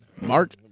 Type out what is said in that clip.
Mark